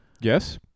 Yes